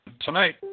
tonight